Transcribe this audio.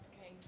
Okay